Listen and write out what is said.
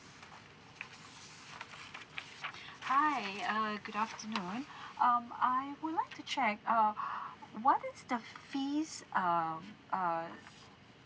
hi uh good afternoon um I would like to check err what is the fees um uh